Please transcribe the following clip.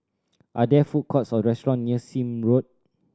are there food courts or restaurant near Sime Road